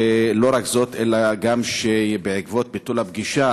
ולא רק זאת, בעקבות ביטול הפגישה